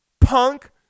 Punk